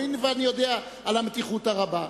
הואיל ואני יודע על המתיחות הרבה,